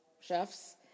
chefs